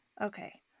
Okay